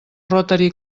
rotary